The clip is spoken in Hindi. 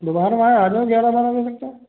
दोपहर मा अहै आ जाओ ग्यारह बारह बजे तक का